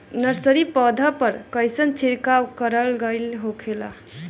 Nursery पौधा पर कइसन छिड़काव कारगर होखेला?